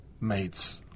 mates